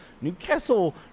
Newcastle